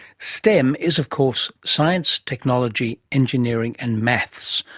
stem is, of course, science, technology, engineering and maths,